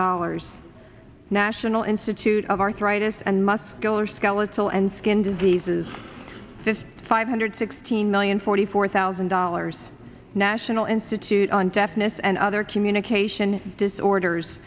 dollars national institute of arthritis and must go or skeletal and skin diseases this five hundred sixteen million forty four thousand dollars national institute on deafness and other communication disorders